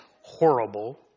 horrible